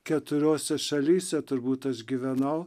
keturiose šalyse turbūt aš gyvenau